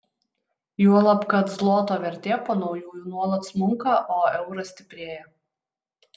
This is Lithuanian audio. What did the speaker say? juolab kad zloto vertė po naujųjų nuolat smunka o euras stiprėja